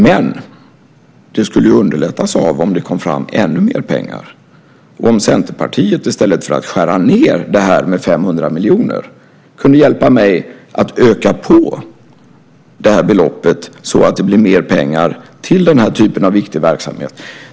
Men det skulle underlättas av om det kom fram ännu mer pengar, om Centerpartiet i stället för att skära ned med 500 miljoner kunde hjälpa mig att öka på beloppet så att det blir mer pengar till den här typen av viktig verksamhet.